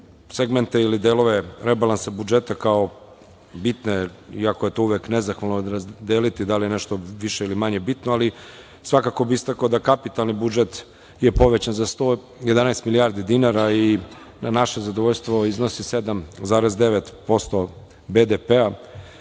segmente ili delove rebalansa budžeta, kao bitne, iako je to uvek nezahvalno deliti da li je nešto više ili manje bitno, ali svakako bih istakao da kapitalni budžet je povećan za 111 milijardi dinara i na naše zadovoljstvo iznosi 7,9% BDP.